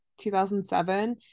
2007